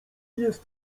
jest